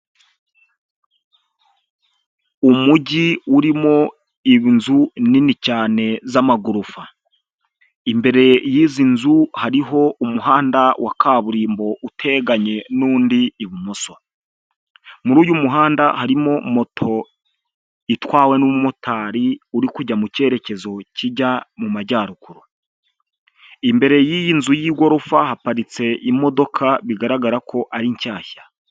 Umujyi urimo inzu nini cyane z'amagorofa. Imbere y'izi nzu, hariho umuhanda wa kaburimbo uteganye n'undi ibumoso. Muri uyu muhanda, harimo moto itwawe n'umumotari uri kujya mu cyerekezo kijya mu Majyaruguru. Imbere y'iyi nzu y'igorofa haparitse imodoka bigaragara ko ari nshyashya.